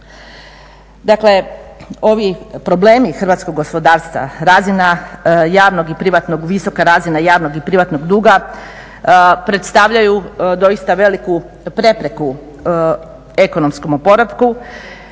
Dakle, ovi problemi hrvatskog gospodarstva, visoka razina javnog i privatnog duga predstavljaju doista veliku prepreku ekonomskom oporavku